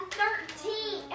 thirteen